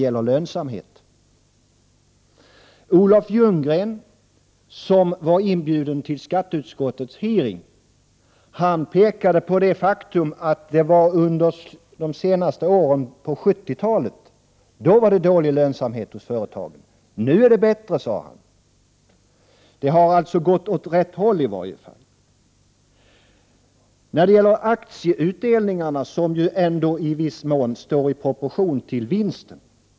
Olof Ljunggren, som var inbjuden till skatteutskottets utfrågning, påpekade det faktum att det var dålig lönsamhet i företagen under de sista åren av 1970-talet, men att den nu var bättre. Det har i varje fall gått åt rätt håll. Aktieutdelningarna står ändå i viss mån i proportion till vinsten.